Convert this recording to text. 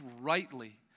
rightly